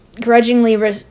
grudgingly